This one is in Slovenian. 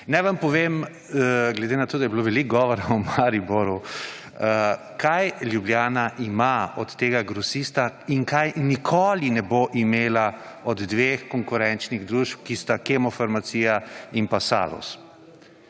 Naj vam povem, glede na to, da je bilo veliko govora o Mariboru, kaj Ljubljana ima od tega Grosista in kaj nikoli ne bo imela od dveh konkurenčnih družb, ki sta Kemofarmacija in pa Salus.